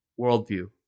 worldview